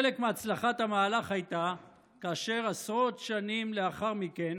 חלק מהצלחת המהלך היה כאשר עשרות שנים לאחר מכן